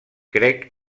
crec